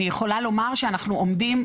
אני יכולה לומר שאנחנו עומדים,